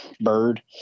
bird